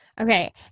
Okay